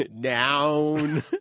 down